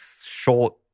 short